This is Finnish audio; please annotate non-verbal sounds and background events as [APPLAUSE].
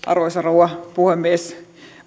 [UNINTELLIGIBLE] arvoisa rouva puhemies